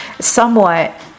somewhat